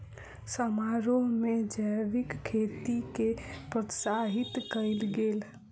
समारोह में जैविक खेती के प्रोत्साहित कयल गेल